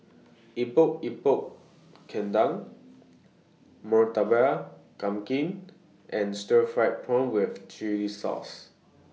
Epok Epok Kentang Murtabak Kambing and Stir Fried Prawn with Chili Sauce